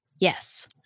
Yes